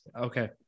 Okay